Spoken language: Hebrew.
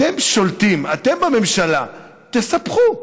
אתם שולטים, אתם בממשלה, תספחו.